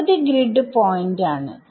പകുതി grid point ആണ്